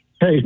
Hey